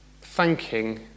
thanking